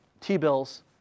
T-bills